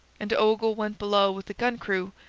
and ogle went below with a gun-crew,